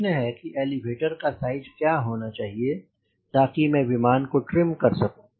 प्रश्न है कि एलिवेटर का साइज क्या होना चाहिए ताकि मैं विमान को ट्रिम कर सकूं